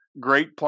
great